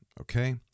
Okay